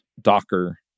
Docker